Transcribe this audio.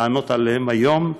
להשיב עליהן היום.